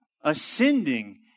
ascending